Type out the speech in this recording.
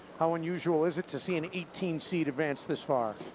how unusual is it to see an eighteen seed advance this far?